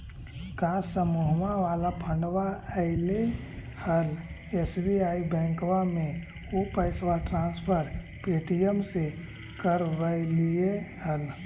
का समुहवा वाला फंडवा ऐले हल एस.बी.आई बैंकवा मे ऊ पैसवा ट्रांसफर पे.टी.एम से करवैलीऐ हल?